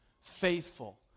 faithful